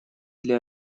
для